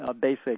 basic